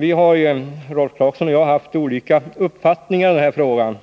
Vi har, Rolf Clarkson och jag, haft olika uppfattningar i den här frågan.